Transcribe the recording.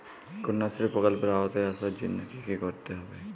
কন্যাশ্রী প্রকল্পের আওতায় আসার জন্য কী করতে হবে?